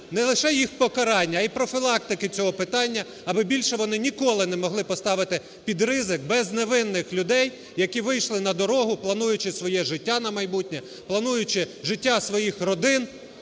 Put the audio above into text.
не лише їх покарання, а й профілактики цього питання, аби більше вони ніколи не могли поставити під ризик безневинних людей, які вийшли на дорогу, плануючи своє життя на майбутнє, плануючи життя своїх родин,